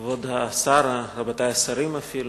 תודה רבה, כבוד השר, רבותי השרים אפילו,